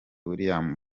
william